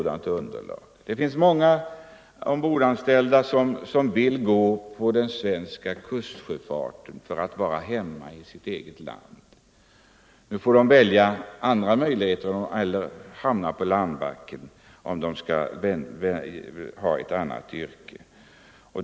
Det finns många ombordanställda som vill gå på den svenska kustsjöfarten för att vara hemma i sitt eget land. Nu får de välja andra möjligheter eller hamna på landbacken om de vill ha ett annat yrke.